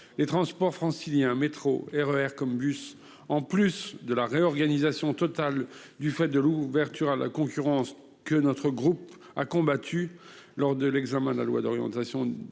Les transports franciliens- métro, RER, bus -, en plus de devoir assumer la réorganisation totale due à l'ouverture à la concurrence, que notre groupe a combattue lors de l'examen de la loi d'orientation